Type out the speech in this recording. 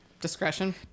Discretion